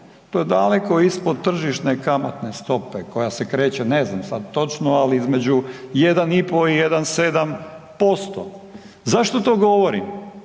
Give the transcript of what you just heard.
to je daleko ispod tržišne kamatne stope koja se kreće, ne znam sad točno, ali između 1,5 i 1,7%. Zašto to govorim?